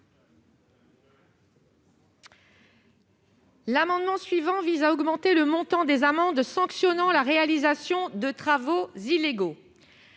amendement a pour objet d'augmenter le montant des amendes sanctionnant la réalisation de travaux illégaux.